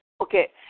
okay